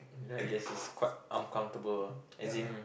I guess it's quite uncomfortable as in